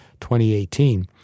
2018